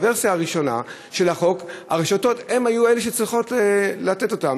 בוורסיה הראשונה של החוק הרשתות הן שהיו צריכות לתת אותן.